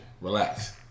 relax